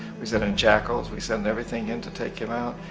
we sent in jackals, we sent everything in to take him out.